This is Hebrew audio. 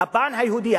הפן היהודי,